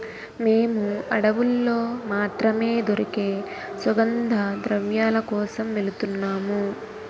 మేము అడవుల్లో మాత్రమే దొరికే సుగంధద్రవ్యాల కోసం వెలుతున్నాము